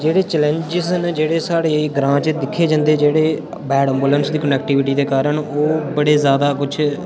जेह्ड़े चैलेंज्स न जेह्ड़े साढ़े ग्रांऽ च दिक्खे जन्दे न जेह्ड़े वार्ड एम्बुलेंस दी कनेक्टिविटी दे कारण बड़े जादा कुछ